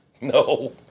No